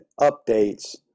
updates